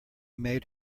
made